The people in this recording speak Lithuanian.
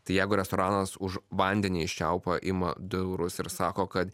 tai jeigu restoranas už vandenį iš čiaupo ima du eurus ir sako kad